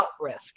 risk